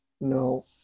no